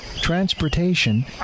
transportation